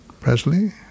Presley